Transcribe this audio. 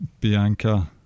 Bianca